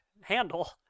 handle